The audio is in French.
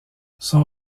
son